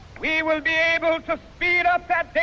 we will be able to speed up that